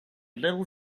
little